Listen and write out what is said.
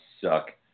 suck